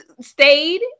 stayed